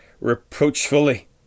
reproachfully